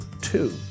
two